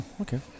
okay